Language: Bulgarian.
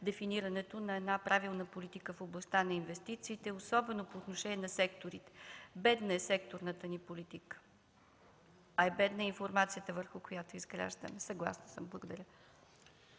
дефинирането на правилна политика в областта на инвестициите, особено по отношение на секторите. Бедна е секторната ни политика, а е бедна и информацията, върху която я изграждаме. Съгласна съм. Благодаря.